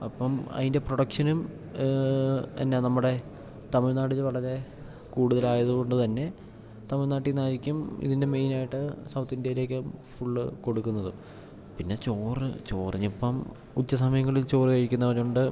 അപ്പം അതിൻ്റെ പ്രൊഡക്ഷനും എന്നാ നമ്മുടെ തമിഴ്നാടില് വളരെ കൂട്തലായത് കൊണ്ട് തന്നെ തമിഴ്നാട്ടിൽ നിന്നായിരിക്കും ഇതിൻ്റെ മെയിൻ ആയിട്ട് സൌത്ത് ഇന്ത്യയിലേക്ക് ഫുള്ള് കൊടുക്കുന്നത് പിന്നെ ചോറ് ചോറിനിപ്പം ഉച്ച സമയങ്ങളിൽ ചോറ് കഴിക്കുന്നവരുണ്ട്